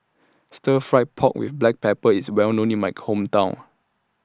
Stir Fried Pork with Black Pepper IS Well known in My Hometown